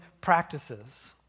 practices